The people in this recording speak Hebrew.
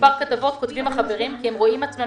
במספר כתבות כותבים החברים כי הם רואים עצמם